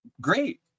great